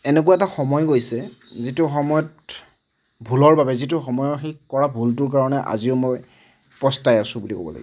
এনেকুৱা এটা সময় গৈছে যিটো সময়ত ভুলৰ বাবে যিটো সময়ৰ সেই কৰা ভুলটোৰ কাৰণে আজিও মই পস্তাই আছো বুলি ক'ব লাগিব